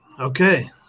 Okay